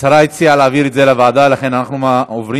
השרה הציעה להעביר את זה לוועדה, לכן אנחנו עוברים